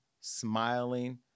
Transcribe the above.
smiling